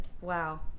Wow